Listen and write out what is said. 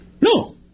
No